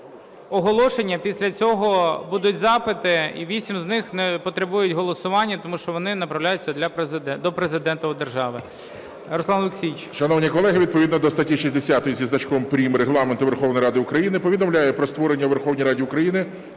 оголошення, після цього будуть запити, і 8 з них потребують голосування, тому що вони направляються до Президента держави. Руслан Олексійович. 12:31:01 СТЕФАНЧУК Р.О. Шановні колеги, відповідно до статті 60 зі значком прим. Регламенту Верховної Ради України повідомляю про створення у Верховній Раді України